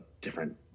different